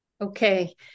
Okay